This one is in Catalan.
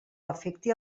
afecti